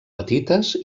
petites